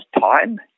time